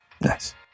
Nice